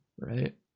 Right